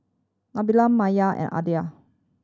Nabila Maya and Aidil